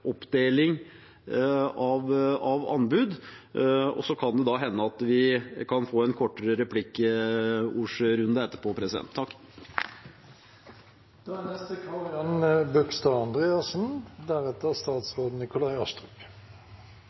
oppdeling av anbud. Det kan også hende at vi kan få en kortere replikkrunde etterpå.